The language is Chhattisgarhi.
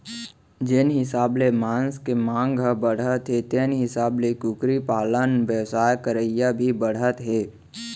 जेन हिसाब ले मांस के मांग ह बाढ़त हे तेन हिसाब ले कुकरी पालन बेवसाय करइया भी बाढ़त हें